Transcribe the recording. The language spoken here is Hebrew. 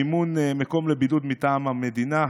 (מימון מקום לבידוד מטעם המדינה),